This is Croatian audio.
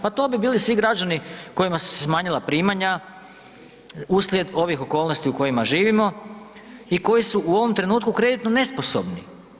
Pa to bi bili svi građani kojima su se smanjila primanja uslijed ovih okolnosti u kojima živimo i koji su u ovom trenutku kreditno nesposobni.